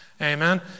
Amen